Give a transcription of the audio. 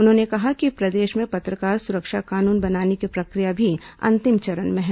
उन्होंने कहा कि प्रदेश में पत्रकार सुरक्षा कानून बनाने की प्रक्रिया भी अंतिम चरण में है